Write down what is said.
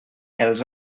els